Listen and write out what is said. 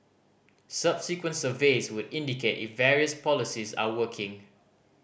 subsequent surveys would indicate if various policies are working